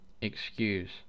excuse